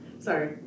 Sorry